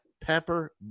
pepper